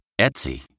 Etsy